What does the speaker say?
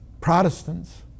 Protestants